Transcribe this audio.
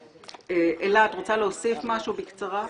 אלה, את רוצה להוסיף משהו בקצרה?